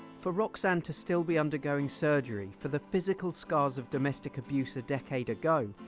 for roxanne to still be undergoing surgery for the physical scars of domestic abuse a decade ago,